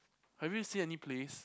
have you seen any plays